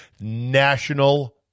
national